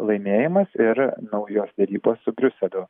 laimėjimas ir naujos derybos su briuseliu